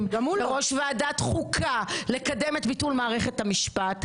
ראש ועדת חוקה לקדם את ביטול מערכת המשפט,